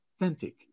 authentic